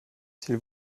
s’il